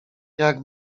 jak